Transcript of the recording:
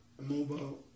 mobile